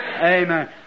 Amen